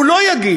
הוא לא יגיב,